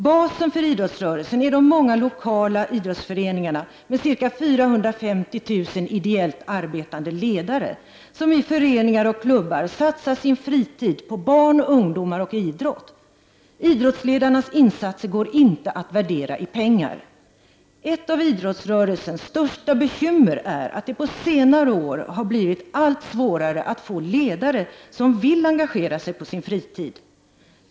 Basen för idrottsrörelsen är de många lokala idrottsföreningarna med ca 450 000 ideellt arbetande ledare som i föreningar och klubbar satsar sin fritid på barn, ungdomar och idrott. Idrottsledarnas insatser går inte att värdera i pengar. Ett av idrottsrörelsens största bekymmer är att det på senare år har blivit allt svårare att få ledare som vill engagera sig på sin fritid.